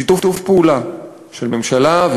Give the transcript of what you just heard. בשיתוף פעולה של הממשלה,